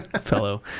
fellow